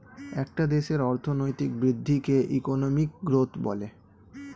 একটা দেশের অর্থনৈতিক বৃদ্ধিকে ইকোনমিক গ্রোথ বলে